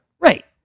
Right